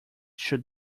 should